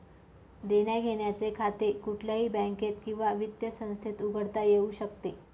देण्याघेण्याचे खाते कुठल्याही बँकेत किंवा वित्त संस्थेत उघडता येऊ शकते